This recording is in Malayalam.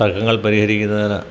തർക്കങ്ങൾ പരിഹരിക്കുന്നതിന്